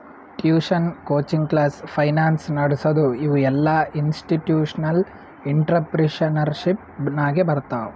tuition, coaching class, finance ನಡಸದು ಇವು ಎಲ್ಲಾಇನ್ಸ್ಟಿಟ್ಯೂಷನಲ್ ಇಂಟ್ರಪ್ರಿನರ್ಶಿಪ್ ನಾಗೆ ಬರ್ತಾವ್